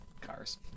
Cars